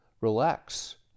Relax